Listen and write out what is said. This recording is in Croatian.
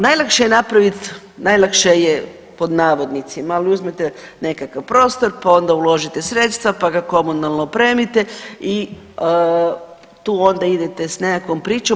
Najlakše je napraviti, najlakše je, pod navodnicima, ali uzmite nekakav prostor, pa onda uložite sredstva, pa ga komunalno opremite i tu onda idete onda s nekakvom pričom.